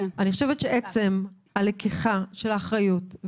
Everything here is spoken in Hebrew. שעצם לקיחת האחריות,